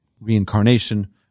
reincarnation